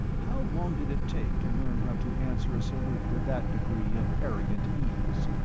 how long did it take to learn how to answer a salute with that degree of arrogant ease?